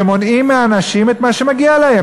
שמונעים מאנשים את מה שמגיע להם.